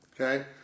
Okay